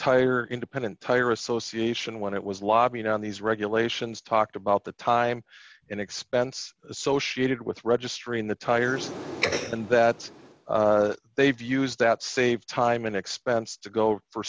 tire independent tire association when it was lobbying on these regulations talked about the time and expense associated with registering the tires and that they've used that save time and expense to go for